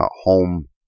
home